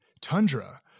tundra